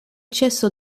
ĉeso